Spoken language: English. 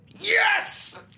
Yes